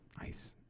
Nice